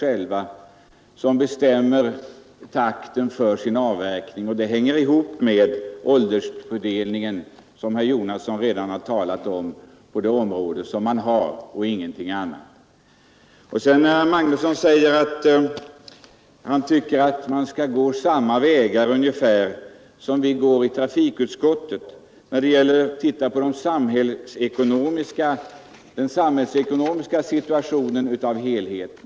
Som herr Jonasson redan framhållit hänger det ihop med åldersfördelningen på skogen i det område det gäller, ingenting annat. Vidare tyckte herr Magnusson att vi skulle gå ungefär samma vägar som i trafikutskottet och se på den samhällsekonomiska situationen i dess helhet.